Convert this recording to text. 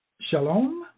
Shalom